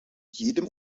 jedem